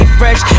fresh